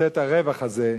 הרווח הזה,